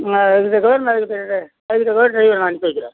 நான் அதுக்கு தக்கவாறு நான் அதுக்கு தகுந்த தகுந்தமாதிரி ட்ரைவரை நான் அனுப்பி வைக்கிறேன்